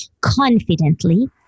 confidently